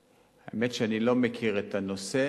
האמת, שאני לא מכיר את הנושא.